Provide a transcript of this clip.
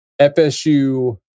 FSU